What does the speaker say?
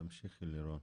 לירון,